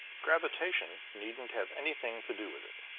gravitation needn't have anything to do with it.